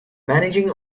managing